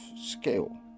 scale